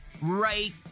right